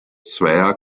zweier